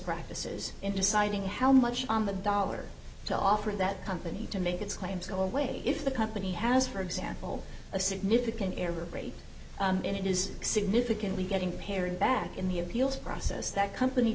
practices in deciding how much on the dollar to offer that company to make its claims go away if the company has for example a significant error rate and it is significantly getting pared back in the appeals process that company